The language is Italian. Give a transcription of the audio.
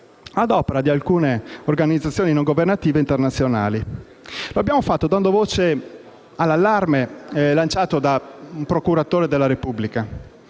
ad opera di alcune organizzazioni non governative internazionali. Lo abbiamo fatto dando voce all'allarme lanciato da un procuratore della Repubblica.